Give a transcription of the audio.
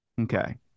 Okay